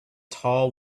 tall